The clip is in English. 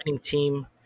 team